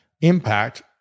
impact